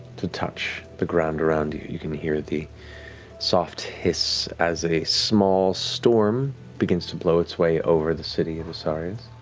to touch the ground around you, you can hear the soft hiss as a small storm begins to blow its way over the city of asarius.